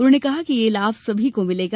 उन्होंने कहा कि यह लाभ सभी को मिलेगा